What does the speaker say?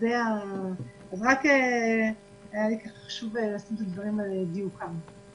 היה לי חשוב להעמיד את הדברים על דיוקם.